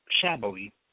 shabbily